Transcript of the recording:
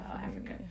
Africa